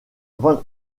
van